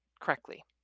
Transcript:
correctly